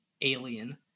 alien